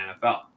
NFL